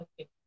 Okay